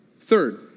Third